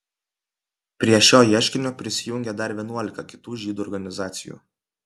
prie šio ieškinio prisijungė dar vienuolika kitų žydų organizacijų